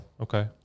Okay